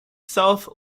south